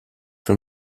für